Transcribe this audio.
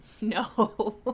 no